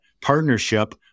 partnership